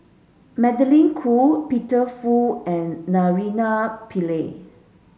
Magdalene Khoo Peter Fu and Naraina Pillai